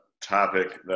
topic